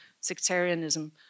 sectarianism